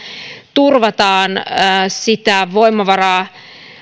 turvataan voimavaroja